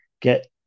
get